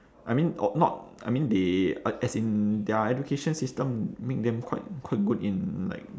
I mean o~ not I mean they I as in their education system make them quite quite good in like